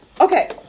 okay